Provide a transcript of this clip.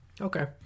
Okay